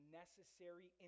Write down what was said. necessary